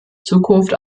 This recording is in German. zukunft